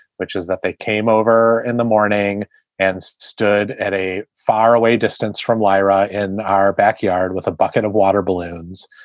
which is that they came over in the morning and stood at a far away distance from wira in our backyard with a bucket of water balloons.